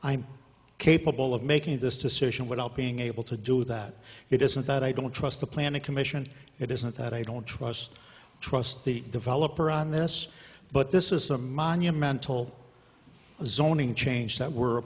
i'm capable of making this decision without being able to do that it isn't that i don't trust the planning commission it isn't that i don't trust trust the developer on this but this is a monumental zoning change that we're